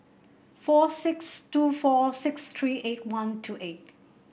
four six two four six three eight one two eight